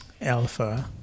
alpha